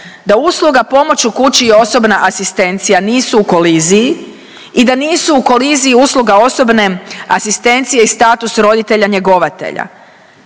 da usluga pomoć u kući i osobna asistencija nisu u koliziji i da nisu u koliziji usluga osobne asistencije i status roditelja njegovatelja.